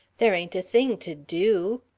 there ain't a thing to do.